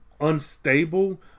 unstable